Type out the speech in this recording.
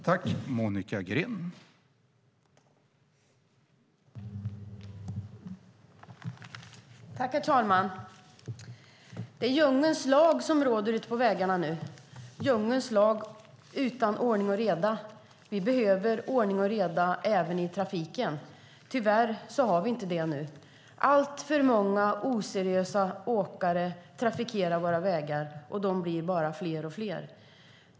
Herr talman! Det är djungelns lag som råder ute på vägarna nu - djungelns lag utan ordning och reda. Vi behöver ordning och reda även i trafiken. Tyvärr har vi inte det nu. Alltför många oseriösa åkare trafikerar våra vägar, och de bli bara fler och fler.